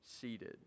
seated